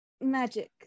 magic